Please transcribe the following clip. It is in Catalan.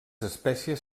espècies